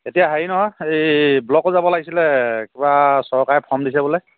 এতিয়া হেৰি নহয় এই ব্লকো যাব লাগিছিলে কিবা চৰকাৰে ফ্ৰম দিছে বোলে